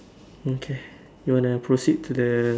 okay you want to proceed to the